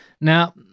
Now